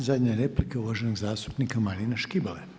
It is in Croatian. I zadnja replika uvaženog zastupnika Marina Škibole.